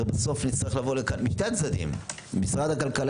הרי בסוף נצטרך לבוא לכאן משני הצדדים משרד הכלכלה